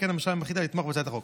על כן הממשלה החליטה לתמוך בהצעת החוק.